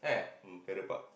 mm Farrer-Park